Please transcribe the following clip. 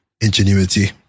ingenuity